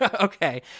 Okay